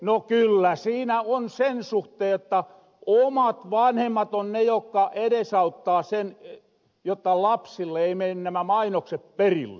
no kyllä siinä on sen suhteen jotta omat vanhemmat on ne jokka edesauttaa sen jotta lapsille ei mene nämä mainokset perille